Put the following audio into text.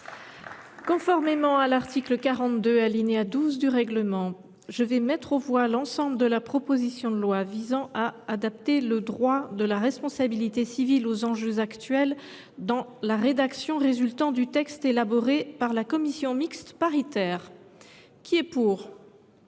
Conformément à l’article 42, alinéa 12, du règlement, je vais mettre aux voix l’ensemble de la proposition de loi visant à adapter le droit de la responsabilité civile aux enjeux actuels dans la rédaction résultant du texte élaboré par la commission mixte paritaire. Mes chers